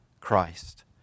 Christ